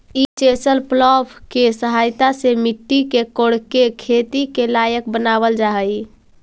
ई chisel plough के सहायता से मट्टी के कोड़के खेती के लायक बनावल जा हई